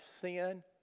sin